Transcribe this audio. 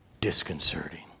disconcerting